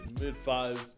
mid-fives